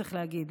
צריך להגיד,